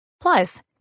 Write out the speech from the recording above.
Plus